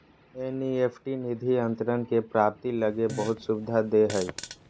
NEFT निधि अंतरण के प्राप्ति लगी बहुत सुविधा दे हइ